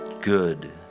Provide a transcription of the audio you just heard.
good